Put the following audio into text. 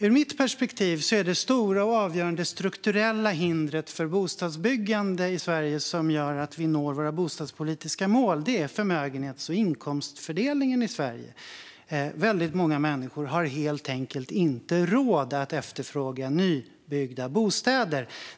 Ur mitt perspektiv är det stora och avgörande strukturella hindret för ett bostadsbyggande i Sverige som gör att vi når våra bostadspolitiska mål förmögenhets och inkomstfördelningen i landet. Väldigt många människor har helt enkelt inte råd att efterfråga nybyggda bostäder.